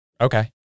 Okay